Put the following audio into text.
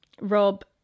rob